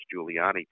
Giuliani